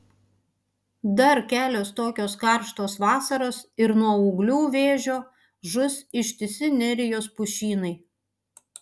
dar kelios tokios karštos vasaros ir nuo ūglių vėžio žus ištisi nerijos pušynai